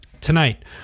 tonight